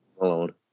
alone